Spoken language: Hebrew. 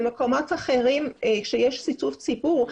במקומות אחרים שיש שיתוף ציבור,